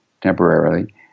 temporarily